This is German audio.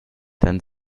dann